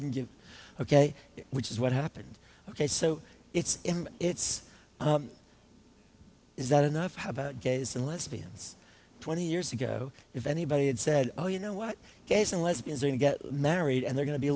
you ok which is what happened ok so it's him it's is that enough about gays and lesbians twenty years ago if anybody had said oh you know what gays and lesbians and get married and they're going to be